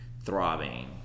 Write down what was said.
throbbing